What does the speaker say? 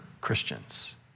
Christians